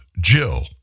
Jill